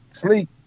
sleep